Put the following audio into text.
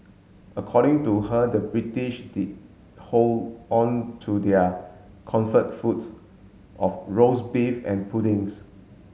according to her the British did hold on to their comfort foods of roast beef and puddings